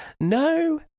No